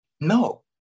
No